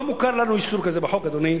לא מוכר לנו איסור כזה בחוק, אדוני.